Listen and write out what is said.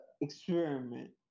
experiment